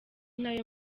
nayo